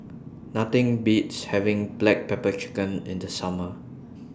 Nothing Beats having Black Pepper Chicken in The Summer